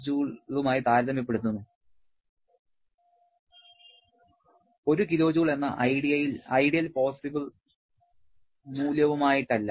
7 kJ താരതമ്യപ്പെടുത്തുന്നു 1 kJ എന്ന ideal possible മൂല്യവുമായിട്ടല്ല